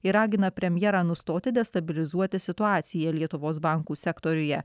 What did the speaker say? ir ragina premjerą nustoti destabilizuoti situaciją lietuvos bankų sektoriuje